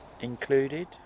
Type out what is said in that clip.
included